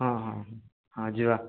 ହଁ ହଁ ହଁ ଯିବା